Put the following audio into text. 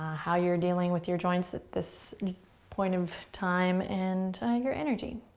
how you're dealing with your joints at this point of time, and your energy.